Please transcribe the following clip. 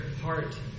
heart